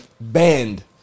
Banned